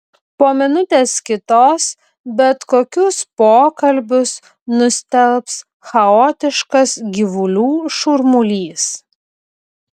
po minutės kitos bet kokius pokalbius nustelbs chaotiškas gyvulių šurmulys